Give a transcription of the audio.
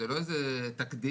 זה לא איזה תקדים.